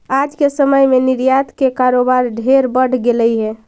आज के समय में निर्यात के कारोबार ढेर बढ़ गेलई हे